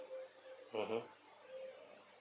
mmhmm